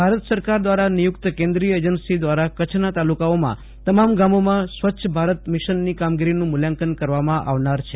ભારત સરકાર ક્રારા નિયુકત કેનક્રિય એજન્સી ક્રારા કચ્છના તાલુકાઓના તમામ ગામોમાં સ્વચ્છ ભારત મિશન ની કામગીરીનું મૂલ્યાંક કરવામાં આવનાર છે